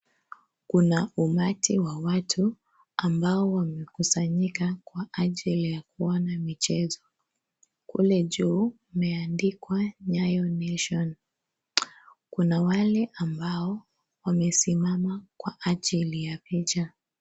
Kuna umati wa watu, ambao wamekusanyika kwa ajili ya kuona michezo. Kule juu, kumeandikwa, Nyayo Nation. Kuna wale ambao, wamesimama kwa ajili ya picha.